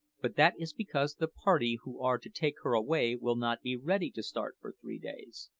but that is because the party who are to take her away will not be ready to start for three days.